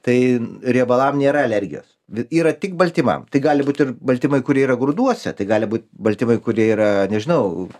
tai riebalam nėra alergijos yra tik baltymam tai gali būt ir baltymai kurie yra grūduose tai gali būt baltymai kurie yra nežinau